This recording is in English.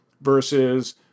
versus